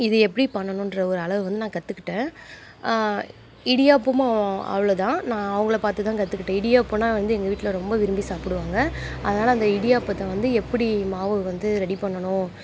இது எப்படி பண்ணணுங்ற ஒரு அளவு வந்து நான் கற்றுக்கிட்டேன் இடியாப்பமும் அவ்வளோதான் நான் அவங்கள பார்த்து தான் கற்றுக்கிட்டேன் இடியாப்பன்னா வந்து எங்கள் வீட்டில் ரொம்ப விரும்பி சாப்பிடுவாங்க அதனால் அந்த இடியாப்பத்தை வந்து எப்படி மாவு வந்து ரெடி பண்ணணும்